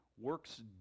works